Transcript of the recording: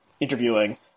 interviewing